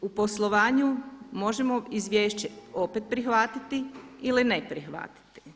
U poslovanju možemo izvješće opet prihvatiti ili ne prihvatiti.